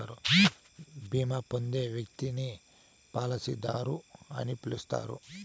బీమా పొందే వ్యక్తిని పాలసీదారు అని పిలుస్తారు